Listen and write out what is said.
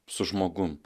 su žmogum